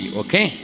okay